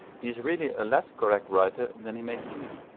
he is really a less correct writer than he may seem,